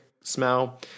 smell